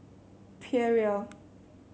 Perrier